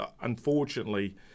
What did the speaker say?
unfortunately